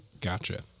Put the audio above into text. Gotcha